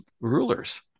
rulers